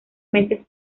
meses